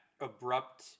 abrupt